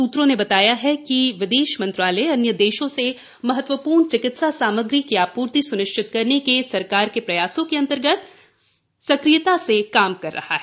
सूत्रों ने बताया कि विदेश मंत्रालय अन्य देशों से महत्वपूर्ण चिकित्सा सामग्री की आपूर्ति स्निश्चित करने के सरकार के प्रयासों के अंतर्गत सक्रियता से काम कर रहा है